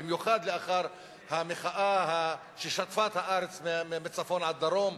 במיוחד לאחר המחאה ששטפה את הארץ מצפון ועד דרום.